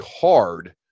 hard